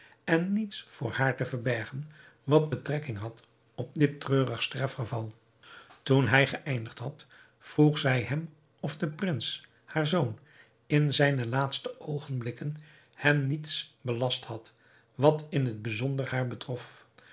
en niets voor haar te verbergen wat betrekking had op dit treurig sterfgeval toen hij geëindigd had vroeg zij hem of de prins haar zoon in zijne laatste oogenblikken hem niets belast had wat in het bijzonder haar betrof